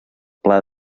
pla